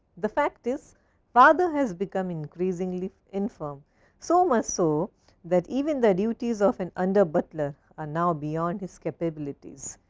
the fact is father has become increasingly in form so much, so that even the duties of an under butler are now beyond his capabilities.